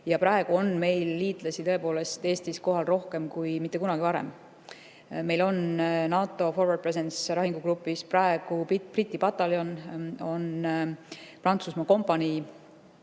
Praegu on meil liitlasi tõepoolest Eestis kohal rohkem kui kunagi varem. Meil on NATO Forward Presence'i lahingugrupis praegu Briti pataljon, on Prantsusmaa kompanii.